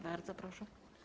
Bardzo proszę.